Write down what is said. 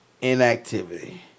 inactivity